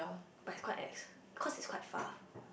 but it's quite ex cause it's quite far